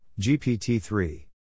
GPT-3